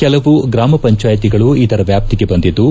ಕೆಲವು ಗ್ರಾಮಪಂಚಾಯಿತಿಗಳು ಇದರ ವ್ಯಾಪ್ತಿಗೆ ಬಂದಿದ್ದು